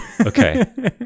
Okay